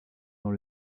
dans